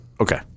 Okay